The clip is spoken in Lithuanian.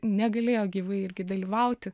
negalėjo gyvai irgi dalyvauti